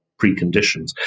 preconditions